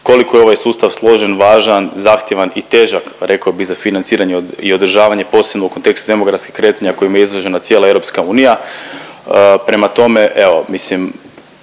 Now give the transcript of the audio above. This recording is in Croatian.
koliko je ovaj sustav složen, važan, zahtjevan i težak reko bi za financiranje i održavanje posebno u kontekstu demografskih kretanja kojima je izložena cijela EU. Prema tome, evo mislim